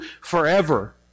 forever